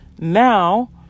Now